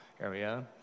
area